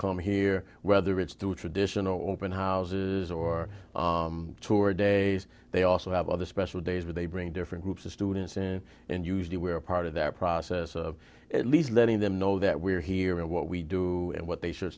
come here whether it's through traditional open houses or tour days they also have other special days where they bring different groups of students in and usually we are part of that process of at least letting them know that we're here and what we do and what they should